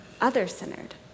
other-centered